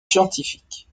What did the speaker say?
scientifiques